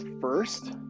first